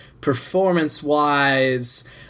performance-wise